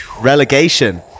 relegation